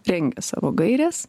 rengia savo gaires